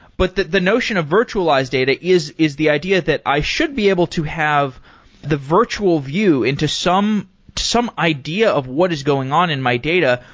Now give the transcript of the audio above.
but the the notion of virtualized data is is the idea that i should be able to have the virtual view into some some idea of what is going on in my data,